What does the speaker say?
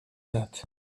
that